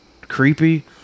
creepy